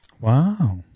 Wow